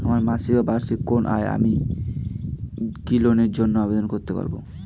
আমার মাসিক বা বার্ষিক কোন আয় নেই আমি কি লোনের জন্য আবেদন করতে পারব?